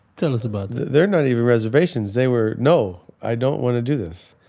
tell us about that they're not even reservations. they were, no, i don't want to do this.